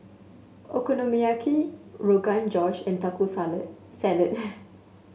Okonomiyaki Rogan Josh and Taco Salad